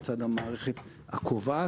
לצד המערכת הקובעת,